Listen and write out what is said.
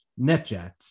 NetJets